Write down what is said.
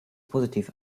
positiv